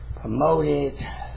promoted